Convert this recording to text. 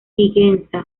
sigüenza